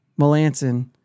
Melanson